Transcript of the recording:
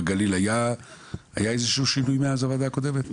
בגליל היה איזה שהוא שינוי מאז הוועדה הקודמת?